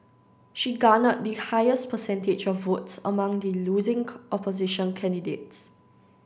she garnered the highest percentage of votes among the losing opposition candidates